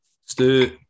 Stu